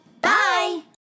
Bye